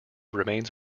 remains